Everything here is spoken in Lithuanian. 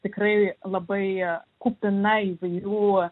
tikrai labai kupina įvairių